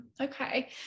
Okay